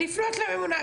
לפנות לממונה.